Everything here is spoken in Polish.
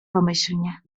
pomyślnie